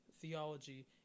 theology